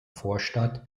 vorstadt